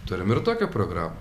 turim ir tokią programą